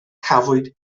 cafwyd